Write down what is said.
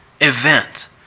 event